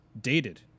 dated